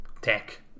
tech